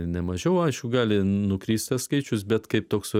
ne mažiau aišku gali nukrist tas skaičius bet kaip toks